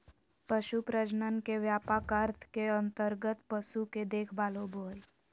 पशु प्रजनन के व्यापक अर्थ के अंतर्गत पशु के देखभाल होबो हइ